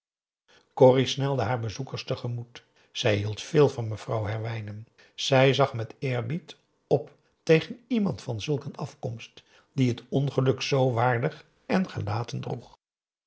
corrie snelde haar bezoekster tegemoet zij hield veel van mevrouw herwijnen zij zag met eerbied op tegen iemand van zulk een afkomst die het ongeluk zoo waardig en gelaten droeg